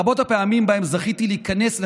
רבות הפעמים שבהן זכיתי להיכנס לחדרו,